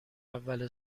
اول